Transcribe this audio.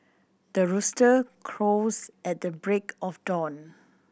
the rooster crows at the break of dawn